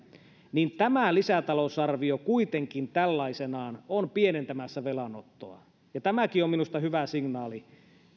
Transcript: niin tämä lisätalousarvio kuitenkin tällaisenaan on pienentämässä velanottoa ja tämäkin on minusta hyvä signaali